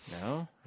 No